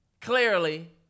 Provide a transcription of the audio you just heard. Clearly